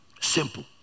Simple